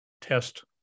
test